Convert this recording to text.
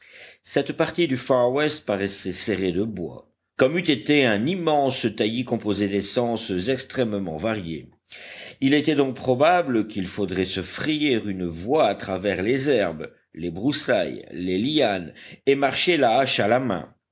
cette partie du far west paraissait serrée de bois comme eût été un immense taillis composé d'essences extrêmement variées il était donc probable qu'il faudrait se frayer une voie à travers les herbes les broussailles les lianes et marcher la hache à la main